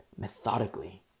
Methodically